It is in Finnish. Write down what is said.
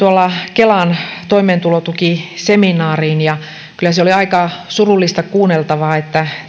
kelan toimeentulotukiseminaariin kyllä se oli aika surullista kuunneltavaa että